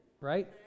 right